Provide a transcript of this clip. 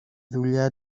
δουλειά